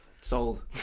Sold